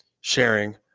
sharing